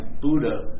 Buddha